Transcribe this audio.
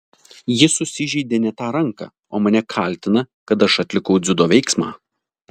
jis susižeidė ne tą ranką o mane kaltina kad aš atlikau dziudo veiksmą